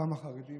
פעם החרדים,